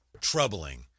troubling